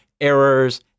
errors